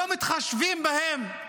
לא מתחשבים בהם?